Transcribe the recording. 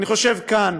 אני חושב שכאן,